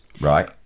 right